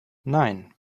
nein